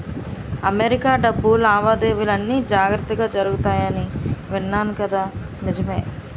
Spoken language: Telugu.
అమెరికా డబ్బు లావాదేవీలన్నీ జాగ్రత్తగా జరుగుతాయని విన్నాను కదా నిజమే